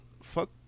fuck